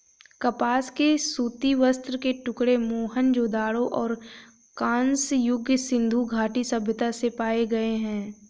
कपास के सूती वस्त्र के टुकड़े मोहनजोदड़ो और कांस्य युग सिंधु घाटी सभ्यता से पाए गए है